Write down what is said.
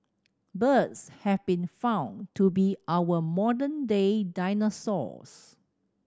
birds have been found to be our modern day dinosaurs